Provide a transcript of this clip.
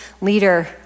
leader